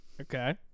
Okay